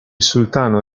sultano